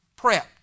prepped